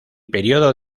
periodo